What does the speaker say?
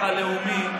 חוק הביטוח הלאומי,